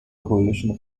coalition